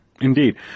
Indeed